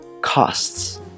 Costs